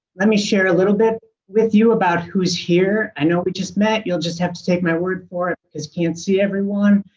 let me share a little bit with you about who's here. i know we just met. you'll just have to take my word for it because you can't see everyone.